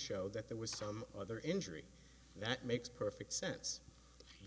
show that there was some other injury that makes perfect sense